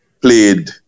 played